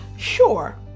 Sure